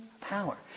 power